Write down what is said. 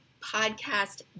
podcast